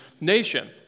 nation